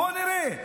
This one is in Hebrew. בואו נראה.